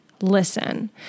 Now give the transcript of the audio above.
listen